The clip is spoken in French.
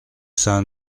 saint